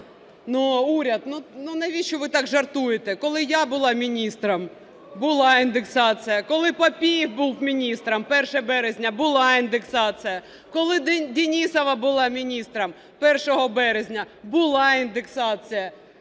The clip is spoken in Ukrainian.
Уряд, навіщо ви так жартуєте? Коли я була міністром – була індексація, коли Папієв був міністром – 1 березня була індексація, коли Денісова була міністром – 1 березня була індексація,